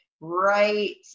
right